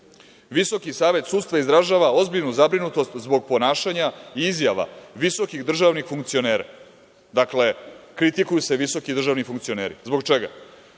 „Visoki savet sudstva izražava ozbiljnu zabrinutost zbog ponašanja i izjava visokih državnih funkcionera“. Dakle, kritikuju se visoki državni funkcioneri. Zbog čega?